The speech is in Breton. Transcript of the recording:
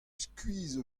skuizh